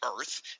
Earth